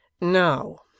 Now